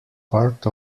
part